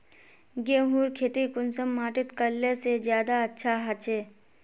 गेहूँर खेती कुंसम माटित करले से ज्यादा अच्छा हाचे?